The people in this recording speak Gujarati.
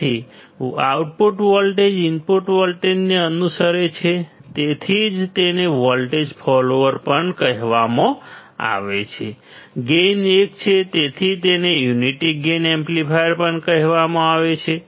તેથી આઉટપુટ વોલ્ટેજ ઇનપુટ વોલ્ટેજને અનુસરે છે તેથી જ તેને વોલ્ટેજ ફોલોઅર પણ કહેવામાં આવે છે ગેઇન 1 છે તેથી જ તેને યુનિટી ગેઇન એમ્પ્લીફાયર પણ કહેવામાં આવે છે